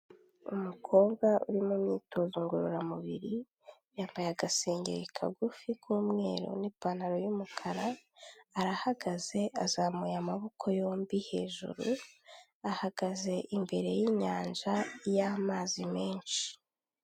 Umukobwa uri mu myitozo ngororamubiri yambaye agasenge kagufi k'umweru n'ipantaro y'umukara, arahagaze azamuye amaboko yombi hejuru ahagaze imbere y'inyanja y'amazi menshi.